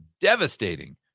devastating